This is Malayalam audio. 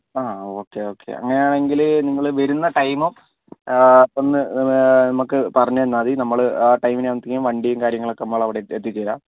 ആ ഓക്കേ ഓക്കേ അങ്ങനെയാണെങ്കിൽ നിങ്ങൾ വരുന്ന ടൈമും ഒന്ന് നമുക്ക് പറഞ്ഞുതന്നാൽ മതി നമ്മൾ ആ ടൈമിന് ആവുമ്പോഴത്തേനും വണ്ടിയും കാര്യങ്ങളും നമ്മൾ അവിടെ എത്തിച്ചുതരാം